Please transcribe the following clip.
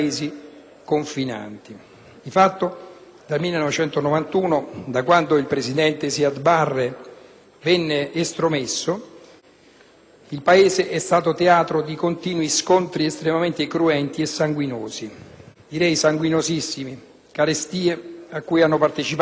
il Paese è stato teatro di carestie e di continui scontri estremamente cruenti e sanguinosi, anzi sanguinosissimi, cui hanno partecipato anche gli eserciti etiope, statunitense e dell'Unione africana, arrivando addirittura alla dichiarazione unilaterale d'indipendenza del